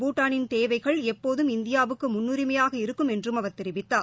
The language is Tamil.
பூட்டானின் தேவைகள் எப்போதும் இந்தியாவுக்கு முன்னுரிமையாக இருக்கும் என்றும் அவர் தெரிவித்தார்